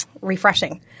Refreshing